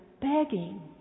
begging